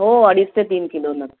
हो अडीच ते तीन किलो न